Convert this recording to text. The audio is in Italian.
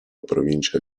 provincia